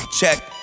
Check